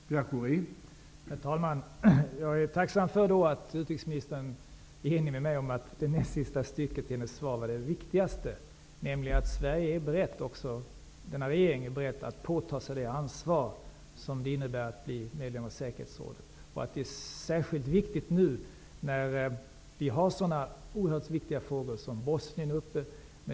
Herr talman! Jag är tacksam för att utrikesministern är överens med mig om att det hon sade i slutet av sitt svar är det viktigaste, nämligen att denna regering är beredd att påta sig det ansvar som det innebär om Sverige blir medlem i säkerhetsrådet. Det är särskilt viktigt nu när det finns så oerhört viktiga frågor såsom situationen i Bosnien.